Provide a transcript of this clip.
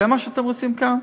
זה מה שאתם רוצים כאן?